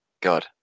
God